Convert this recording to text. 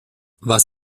was